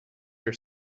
your